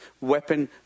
weapon